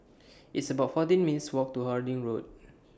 It's about fourteen minutes' Walk to Harding Road